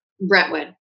Brentwood